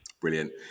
Brilliant